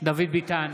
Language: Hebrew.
דוד ביטן,